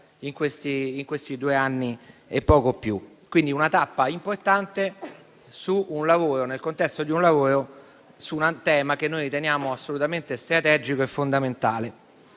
in questi due anni e poco più. Quindi è una tappa importante nel contesto di un lavoro su un tema che noi riteniamo assolutamente strategico e fondamentale.